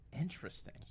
Interesting